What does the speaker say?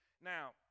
Now